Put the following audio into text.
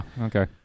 Okay